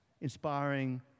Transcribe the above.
inspiring